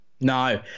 No